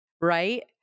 Right